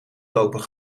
lopen